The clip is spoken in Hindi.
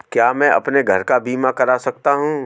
क्या मैं अपने घर का बीमा करा सकता हूँ?